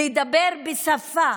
לדבר בשפה